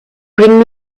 bring